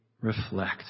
reflect